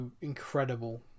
incredible